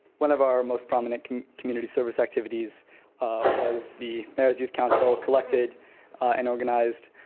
one of our most prominent community service activities was the mayor's youth council collected and organized